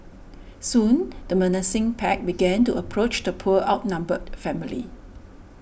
soon the menacing pack began to approach the poor outnumbered family